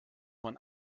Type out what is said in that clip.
man